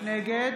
נגד